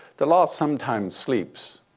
the law sometimes sleeps,